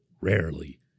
rarely